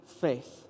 faith